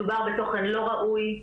מדובר בתוכן לא ראוי.